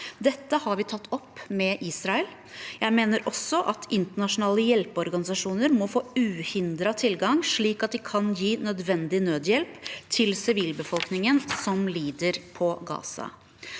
Dette har vi tatt opp med Israel. Jeg mener også at internasjonale hjelpeorganisasjoner må få uhindret tilgang, slik at de kan gi nødvendig nødhjelp til sivilbefolkningen som lider på Gaza.